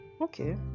Okay